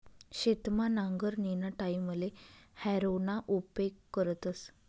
शेतमा नांगरणीना टाईमले हॅरोना उपेग करतस